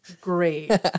great